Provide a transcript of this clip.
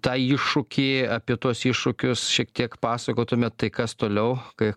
tą iššūkį apie tuos iššūkius šiek tiek pasakotumėt tai kas toliau kai